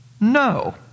No